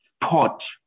port